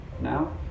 now